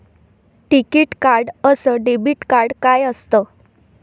टिकीत कार्ड अस debit card काय असत?